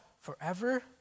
forever